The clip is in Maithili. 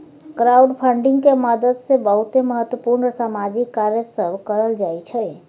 क्राउडफंडिंग के मदद से बहुते महत्वपूर्ण सामाजिक कार्य सब करल जाइ छइ